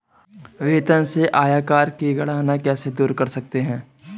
वेतन से आयकर की गणना कैसे दूर कर सकते है?